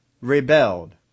rebelled